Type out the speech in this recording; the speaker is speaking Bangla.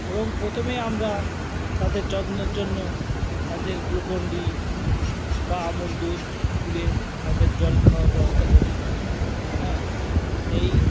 এবং প্রথমে আমরা তাদের যত্নর জন্য তাদের গ্লুকন ডি বা আমুল দুধ গুলে তাদের জল খাওয়ার ব্যবস্থা করি হ্যাঁ এই